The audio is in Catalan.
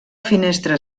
finestra